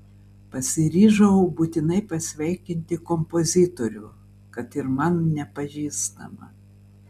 pasiryžau būtinai pasveikinti kompozitorių kad ir man nepažįstamą